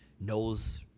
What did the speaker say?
knows